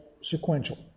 sequential